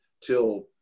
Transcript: till